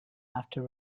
after